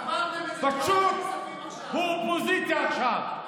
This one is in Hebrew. קברתם את זה בוועדת הכספים עכשיו.